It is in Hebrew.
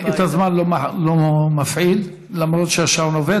אני את הזמן לא מפעיל למרות שהשעון עובד,